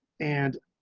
and